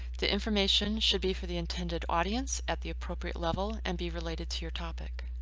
the information should be for the intended audience at the appropriate level and be related to your topic.